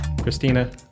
Christina